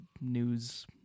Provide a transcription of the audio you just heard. news